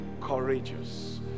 courageous